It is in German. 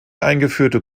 eingeführte